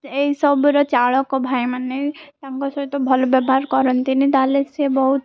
ଏଇ ସବୁର ଚାଳକ ଭାଇମାନେ ତାଙ୍କ ସହିତ ଭଲ ବ୍ୟବହାର କରନ୍ତିନି ତା'ହେଲେ ସିଏ ବହୁତ